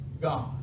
God